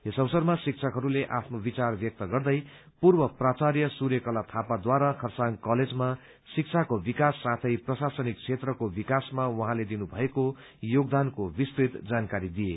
यस अवसरमा शिक्षकहरूले आफ्नो विचार व्यक्त गर्दै पूर्व प्राचार्य सूर्यकला थापाद्वारा खरसाङ कलेजमा शिक्षाको विकास साथै प्रशासनिक क्षेत्रको विकासमा उहाँले दिनुभएको योगदानको विस्तृत जानकारी दिए